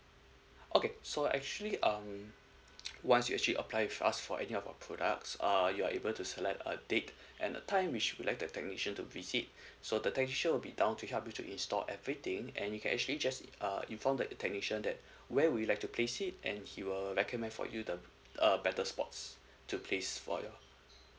okay so actually um once you actually apply with us for any of our products uh you're able to select a date and the time which would like the technician to visit so the technician will be down to help you to install everything and you can actually just uh inform the technician that where would you like to place it and he will recommend for you the a better spots to place for your